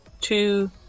two